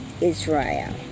Israel